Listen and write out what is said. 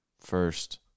first